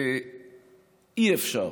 ואי-אפשר